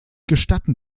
gestatten